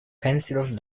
pencils